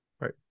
Right